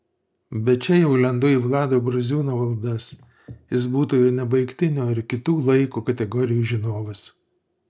bet čia jau lendu į vlado braziūno valdas jis būtojo nebaigtinio ir kitų laiko kategorijų žinovas